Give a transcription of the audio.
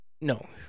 No